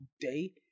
day